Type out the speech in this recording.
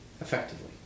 effectively